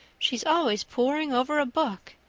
she's always poring over a book.